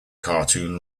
cartoon